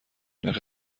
نرخ